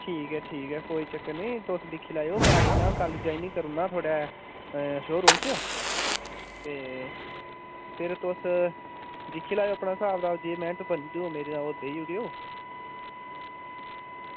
ठीक ऐ ठीक ऐ कोई चक्कर निं तुस दिक्खी लैएओ में आई जन्ना कल जाइनिंग करू ना थुआढ़े शोरूम च ते फिर तुस दिक्खी लैएओ अपना स्हाब कताब जे मैहनत बनदी होग मेरी तां देई उड़ेओ